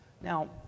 Now